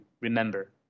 remember